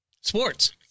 Sports